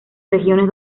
regiones